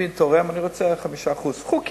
נמוך והוא יביא תורם ויגיד שהוא רוצה 5%. חוקי.